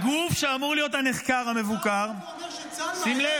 הגוף שאמור להיות הנחקר והמבוקר --- צה"ל מאיים עליכם?